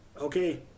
Okay